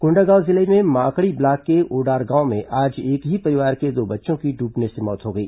कोंडागांव जिले में माकड़ी ब्लॉक के ओडार गांव में आज एक ही परिवार के दो बच्चों की डूबने से मौत हो गई